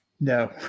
no